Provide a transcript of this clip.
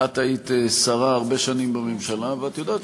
את היית שרה בממשלה הרבה שנים ואת יודעת